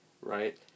right